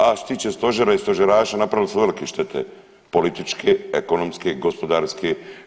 A što se tiče stožera i stožeraša napravili su velike štete političke, ekonomske, gospodarske.